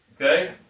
Okay